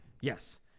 Yes